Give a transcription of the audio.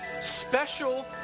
special